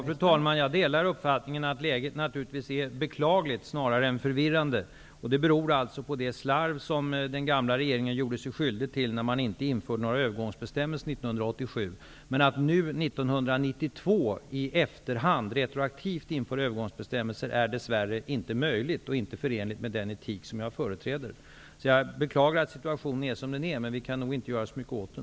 Fru talman! Jag delar uppfattningen att läget är beklagligt snarare än förvirrande. Det beror alltså på det slarv som den gamla regeringen gjorde sig skyldig till när man inte införde några övergångsbestämmelser 1987. Att nu, 1992, retroaktivt införa övergångsbestämmelser är dess värre inte möjligt och inte förenligt med den etik som jag företräder. Jag beklagar att situationen är som den är, men vi kan nog inte göra så mycket åt den.